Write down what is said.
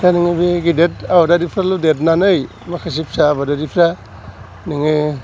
दा नोङो गेदेद आबादारिफ्राल' देरनानै माखासे फिसा आबादारिफ्रा नोङो